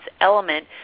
element